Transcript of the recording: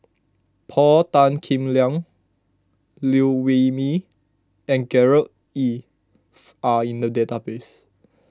Paul Tan Kim Liang Liew Wee Mee and Gerard Ee are in the database